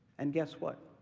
and guess what,